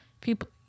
people